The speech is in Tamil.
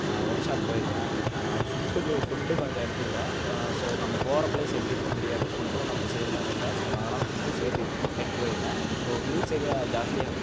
ஒர்க்ஸாப் போயிடுவேன் ஃபுட்டுக்கு ஃபுட்டு கொஞ்சம் எடுத்துக்குவேன் ஸோ நம்ம போகிற ப்ளேஸ் எப்படி இருக்குனு தெரியாது ஃபுட்டும் நமக்கு சேருமானு தெரியல ஸோ நான் அதனால ஃபுட்டும் சேர்த்து எடுத்து போய்டுவேன் ஸோ ஹில்ஸ் ஏரியா ஜாஸ்தியாக